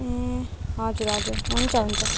ए हजुर हजुर हुन्छ हुन्छ